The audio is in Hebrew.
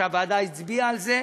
הוועדה הצביעה על זה,